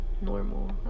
Normal